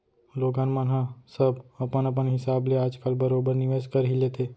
लोगन मन ह सब अपन अपन हिसाब ले आज काल बरोबर निवेस कर ही लेथे